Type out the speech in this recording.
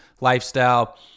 lifestyle